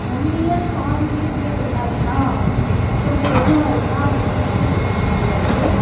one year பாதிலேயே வந்து அது என்னாச்சுன்னா கொஞ்சம் கொஞ்சம் அதெல்லாம் விட்டு விட்டு போனமாதிரி ஆகிட்டு